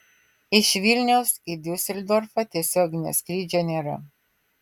iš vilniaus į diuseldorfą tiesioginio skrydžio nėra